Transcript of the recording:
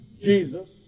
Jesus